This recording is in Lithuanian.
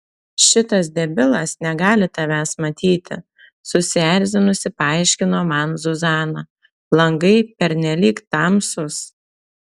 šitas debilas negali tavęs matyti susierzinusi paaiškino man zuzana langai pernelyg tamsūs